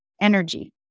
energy